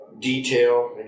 detail